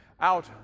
out